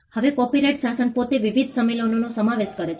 હવે કોપિરાઇટ શાસન પોતે વિવિધ સંમેલનોનો સમાવેશ કરે છે